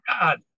God